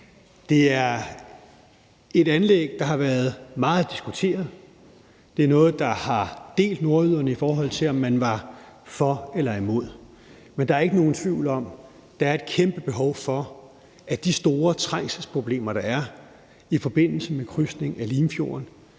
Det er et anlæg, der har været meget diskuteret, og det er noget, der har delt nordjyderne, i forhold til om man var for eller imod. Men der er ikke nogen tvivl om, at der er et kæmpe behov for, at de store trængselsproblemer, der er i forbindelse med krydsning af Limfjorden,